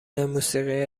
موسیقی